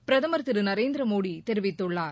பிரதமர் திரு நரேந்திரமோடி தெரிவித்துள்ளார்